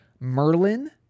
Merlin